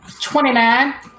Twenty-nine